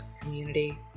community